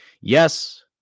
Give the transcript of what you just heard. Yes